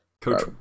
Coach